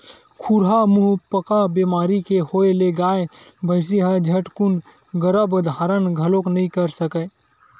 खुरहा मुहंपका बेमारी के होय ले गाय, भइसी ह झटकून गरभ धारन घलोक नइ कर सकय